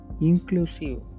Inclusive